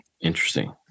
Interesting